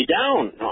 down